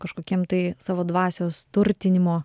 kažkokiem tai savo dvasios turtinimo